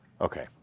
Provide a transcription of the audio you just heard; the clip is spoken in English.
Okay